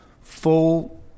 full